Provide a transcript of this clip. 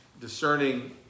discerning